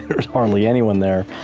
there was hardly anyone there.